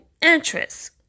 interest